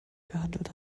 gehandelt